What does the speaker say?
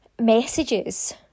messages